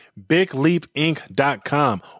bigleapinc.com